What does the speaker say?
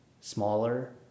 smaller